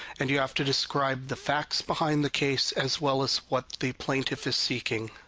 and you have to describe the facts behind the case, as well as what the plaintiff is seeking.